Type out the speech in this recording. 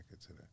today